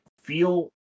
feel